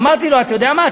אמרתי לו: אתה יודע מה,